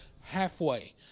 halfway